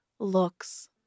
looks